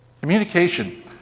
Communication